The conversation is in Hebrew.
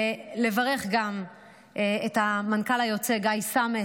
ולברך גם את המנכ"ל היוצא גיא סמט.